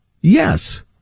Yes